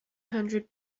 hundred